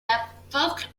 apporte